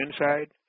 inside